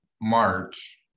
March